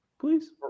Please